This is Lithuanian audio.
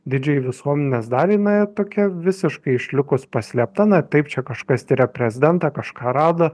didžiajai visuomenės daliai na tokia visiškai išlikus paslėpta na taip čia kažkas tiria prezidentą kažką rado